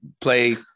play